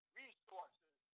resources